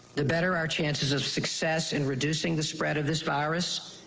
the better our chances of success in reducing the spread of this virus,